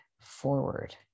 forward